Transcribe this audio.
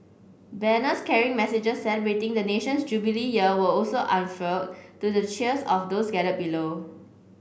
banners carrying messages celebrating the nation's Jubilee Year were also unfurled to the cheers of those gathered below